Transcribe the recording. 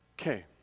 Okay